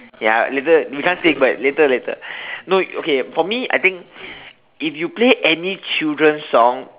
ya later we can sing but later later no okay for me I think if you play any children song